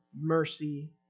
mercy